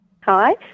Hi